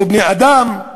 לא בני-אדם?